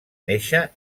néixer